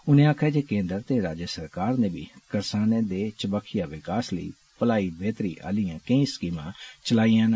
उनें आक्खेआ जे केन्द्र ते राज्य सरकार ने बी करसानें दे चबक्खियां विकास लेई भले बेहतरी आलियां केई स्कीमां चलाइयां न